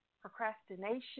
procrastination